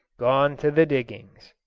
gone to the diggings.